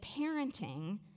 parenting